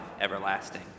everlasting